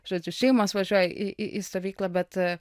žodžiu šeimos važiuoja į į stovyklą bet